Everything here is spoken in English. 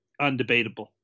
undebatable